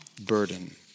burden